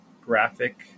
graphic